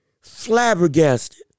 flabbergasted